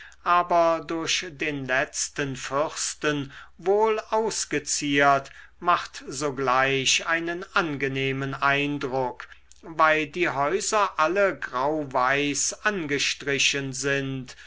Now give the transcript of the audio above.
aber durch den letzten fürsten wohl ausgeziert macht sogleich einen angenehmen eindruck weil die häuser alle grauweiß angestrichen sind